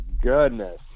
goodness